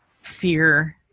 fear